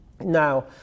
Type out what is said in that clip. Now